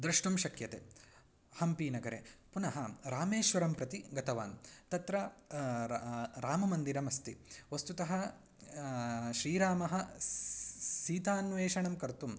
द्रष्टुं शक्यते हम्पीनगरे पुनः रामेश्वरं प्रति गतवान् तत्र रामः राममन्दिरम् अस्ति वस्तुतः श्रीरामः सः सीतान्वेषणं कर्तुं